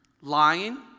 lying